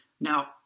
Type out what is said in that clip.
Now